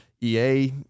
EA